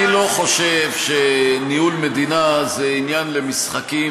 אני לא חושב שניהול מדינה זה עניין למשחקים